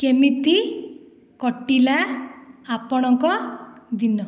କେମିତି କଟିଲା ଆପଣଙ୍କ ଦିନ